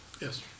Yes